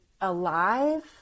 alive